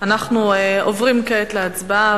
אנחנו עוברים כעת להצבעה.